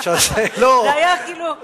זה היה הנאום הכי ארוך שהיה עד עכשיו.